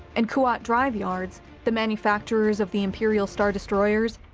and kuat drive yards the manufacturers of the imperial star destroyers,